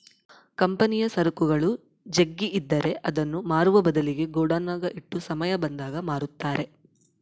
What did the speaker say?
ಕಂಪನಿಯ ಸರಕುಗಳು ಜಗ್ಗಿದ್ರೆ ಅದನ್ನ ಮಾರುವ ಬದ್ಲಿಗೆ ಗೋಡೌನ್ನಗ ಇಟ್ಟು ಸಮಯ ಬಂದಾಗ ಮಾರುತ್ತಾರೆ